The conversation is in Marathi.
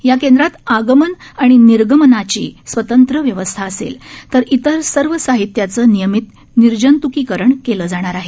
या केंद्रात आगमन आणि निर्गमनाची स्वतंत्र व्यवस्था असेल तर इतर सर्व साहित्यांचं नियमित निर्जत्कीकरण केलं जाणार आहे